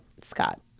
Scott